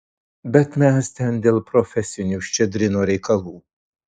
bet mes ten dėl profesinių ščedrino reikalų